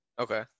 Okay